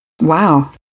Wow